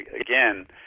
again